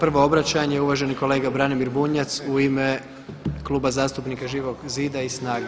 Prvo obraćanje uvaženi kolega Branimir Bunjac u ime Kluba zastupnika Živog zida i SNAGA-e.